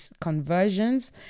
conversions